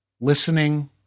listening